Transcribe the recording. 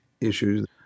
issues